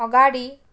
अगाडि